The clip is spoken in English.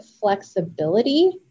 flexibility